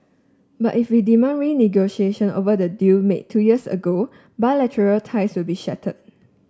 but if we demand renegotiation over the deal made two years ago bilateral ties will be shattered